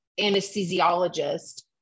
anesthesiologist